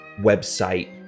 website